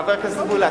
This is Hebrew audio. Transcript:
חבר הכנסת מולה,